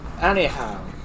Anyhow